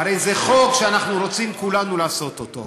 הרי זה חוק שאנחנו רוצים כולנו לעשות אותו,